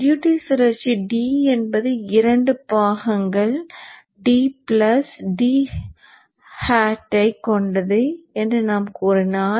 duty சுழற்சி d என்பது இரண்டு பாகங்கள் d பிளஸ் d ha யைக் கொண்டது என்று நான் கூறினால்